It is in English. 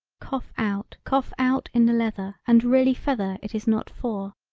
cough out cough out in the leather and really feather it is not for.